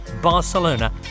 Barcelona